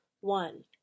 one